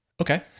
Okay